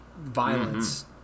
violence